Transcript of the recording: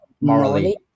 morally